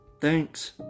Thanks